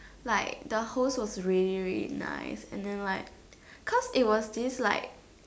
like the host was really really nice and then like cause it was this like